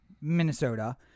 Minnesota